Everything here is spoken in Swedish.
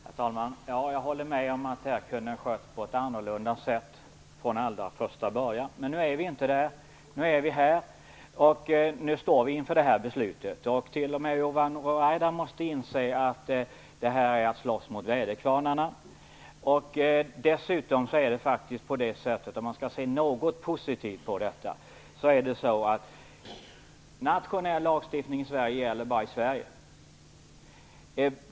Herr talman! Jag håller med om att det här kunde ha skötts på ett annat sätt från allra första början. Men nu är det inte aktuellt, utan nu befinner vi oss i den här situationen. Nu står vi inför det här beslutet. T.o.m. Yvonne Ruwaida måste inse att det här är att slåss mot väderkvarnar. Om man skall se något positivt på detta kan man säga att nationell lagstiftning i Sverige bara gäller i Sverige.